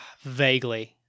Vaguely